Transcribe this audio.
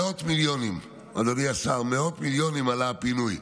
מאות מיליונים, אדוני השר, עלה הפינוי.